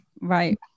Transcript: Right